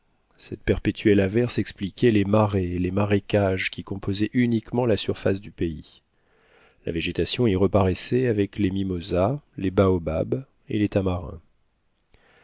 cette perpétuelle averse expliquait les marais et les marécages qui composaient uniquement la surface du pays la végétation y reparaissait avec les mimosas les baobabs et les tamarins